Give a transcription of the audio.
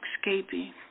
escaping